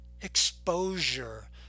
exposure